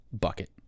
bucket